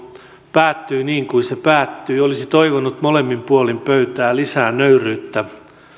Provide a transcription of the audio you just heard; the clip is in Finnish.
päättyi niin kuin se päättyi olisin toivonut molemmin puolin pöytää lisää nöyryyttä